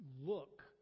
look